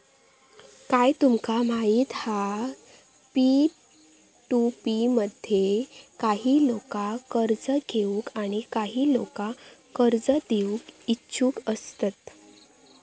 काय तुमका माहित हा पी.टू.पी मध्ये काही लोका कर्ज घेऊक आणि काही लोका कर्ज देऊक इच्छुक असतत